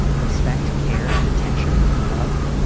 um respect, care and attention and love.